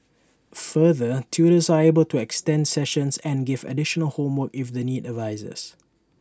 further tutors are able to extend sessions and give additional homework if the need arises